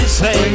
say